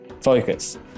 focus